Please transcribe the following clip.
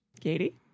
Katie